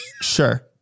Sure